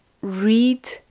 read